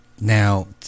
Now